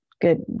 Good